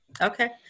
Okay